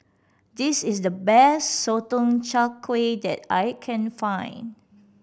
this is the best Sotong Char Kway that I can find